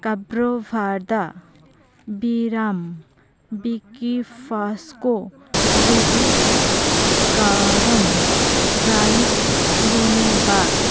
ᱠᱟᱵᱨᱳᱵᱷᱟᱫᱟ ᱵᱤᱨᱟᱢ ᱵᱤᱠᱤ ᱯᱷᱟᱥᱠᱳ ᱵᱤᱞᱤ ᱜᱟᱨᱚᱢ ᱵᱨᱟᱭᱤᱠ ᱞᱩᱱᱮᱵᱟᱨᱠ